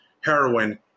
heroin